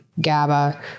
GABA